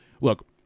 look